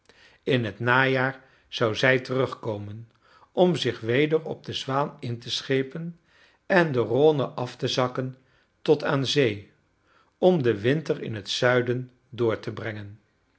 in het najaar zou zij terugkomen om zich weder op de zwaan in te schepen en de rhône af te zakken tot aan zee om den winter in het zuiden door te brengen